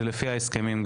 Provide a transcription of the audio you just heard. שזה לפי ההסכמים.